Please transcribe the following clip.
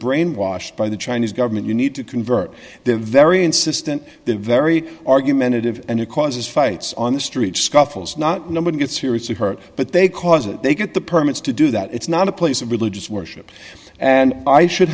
brainwashed by the chinese government you need to convert the very insistent the very argumentative and it causes fights on the streets scuffles not nobody gets seriously hurt but they cause it they get the permits to do that it's not a place of religious worship and i should